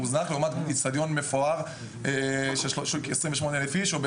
מוזנח לעומת אצטדיון מפואר של 28,000 אנשים,